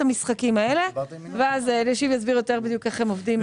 המשחקים האלה ואלישיב יסביר יותר בדיוק איך הם עובדים.